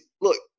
look